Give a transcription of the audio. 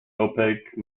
opaque